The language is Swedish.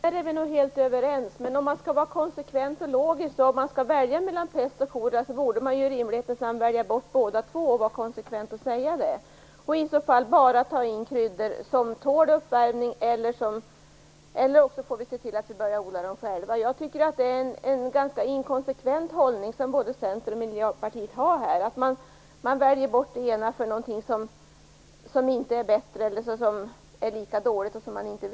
Fru talman! Om detta är vi nog helt överens. Men om man skall vara logisk och konsekvent borde man i rimlighetens namn säga att man skall välja bort både pest och kolera. Man bör då bara ta in kryddor som tål uppvärmning eller börja odla kryddorna själva. Jag tycker att både Centern och Miljöpartiet har en ganska inkonsekvent hållning. Man väljer bort det ena till förmån för något som är lika dåligt och vars konsekvenser man inte känner till.